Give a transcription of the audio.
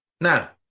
Now